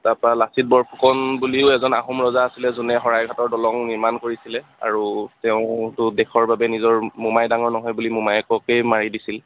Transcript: তাপা লাচিত বৰফুকন বুলিও এজন আহোমৰ ৰজা আছিলে যোনে শৰাইঘাটৰ দলং নিৰ্মাণ কৰিছিলে আৰু তেওঁতো দেশৰ বাবে নিজৰ মোমাই ডাঙৰ নহয় বুলি নিজৰ মোমায়েককে মাৰি দিছিল